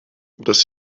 dass